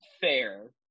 fair